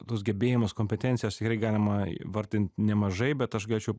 tuos gebėjimus kompetencijas galima įvardint nemažai bet aš galėčiau